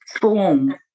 form